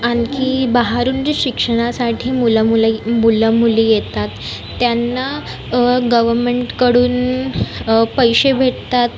आणखी बाहेरून जे शिक्षणासाठी मुलं मुलं मुलं मुली येतात त्यांना गव्हर्मेंटकडून पैसे भेटतात